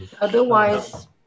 Otherwise